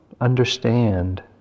understand